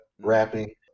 rapping